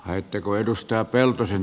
äiti kuidusta ja peltosen